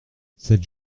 cette